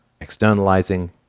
externalizing